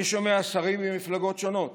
אני שומע שרים ממפלגות שונות